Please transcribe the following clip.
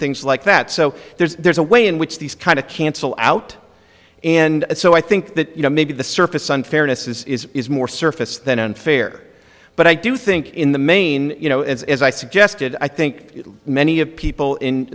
things like that so there's a way in which these kind of cancel out and so i think that you know maybe the surface unfairness is more surface than unfair but i do think in the main you know as i suggested i think many of people in